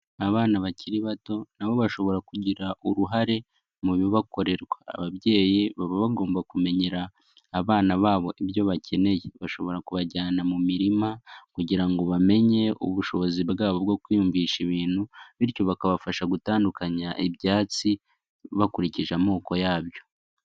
Abana bakiri bato na bo bashobora kugira uruhare mu bibakorerwa. Ababyeyi baba bagomba kumenyera abana babo ibyo bakeneye. Bashobora kubajyana mu mirima kugira ngo bamenye ubushobozi bwabo bwo kwiyumvisha ibintu, bityo bakabafasha gutandukanya ibyatsi bakurikije amoko yabyo.